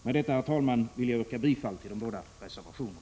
Herr talman! Med detta yrkar jag bifall till de både reservationerna.